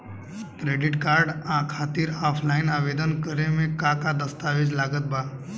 Credit card खातिर offline आवेदन करे म का का दस्तवेज लागत बा?